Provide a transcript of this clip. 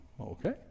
Okay